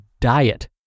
diet